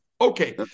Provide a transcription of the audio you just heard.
Okay